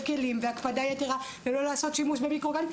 כלים והקפדה יתרה ולא לעשות שימוש במיקרוגל.